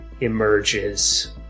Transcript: emerges